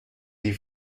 die